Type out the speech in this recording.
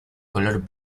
color